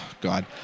God